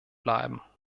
bleiben